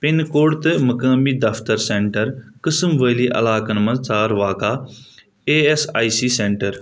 pin code تہٕ مُقٲمی دفتر سینٹر قٕسم وٲلۍ علاقن مَنٛز ژھانڈ واقع A S I C centre